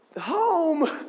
home